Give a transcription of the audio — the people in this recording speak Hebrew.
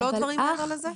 לא דברים מעבר לזה?